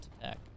attack